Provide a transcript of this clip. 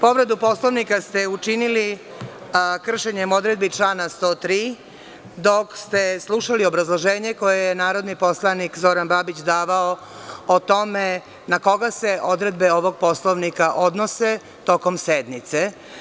Povredu Poslovnika ste učinili kršenjem odredbi člana 103. dok ste slušali obrazloženje koje je narodni poslanik Zoran Babić davao o tome na koga se odredbe ovog Poslovnika odnose tokom sednice.